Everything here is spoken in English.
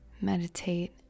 meditate